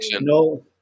No